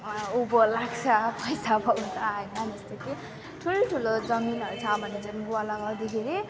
उँभो लाग्छ पैसा पाउँछ होइन जस्तो कि ठुल्ठुलो जमिनहरू छ भने चाहिँ गुवा लगाउँदाखेरि